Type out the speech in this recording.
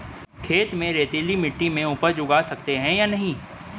खेत में रेतीली मिटी में उपज उगा सकते हैं या नहीं?